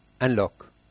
Unlock